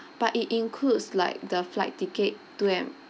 but it includes like the flight ticket to went